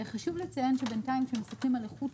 חשוב לציין שבינתיים כשמסתכלים על איכות